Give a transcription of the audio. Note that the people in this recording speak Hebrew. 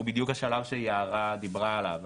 הוא בדיוק השלב שיערה דיברה עליו,